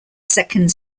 second